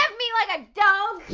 um me like a dog!